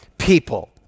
people